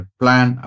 plan